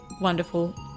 wonderful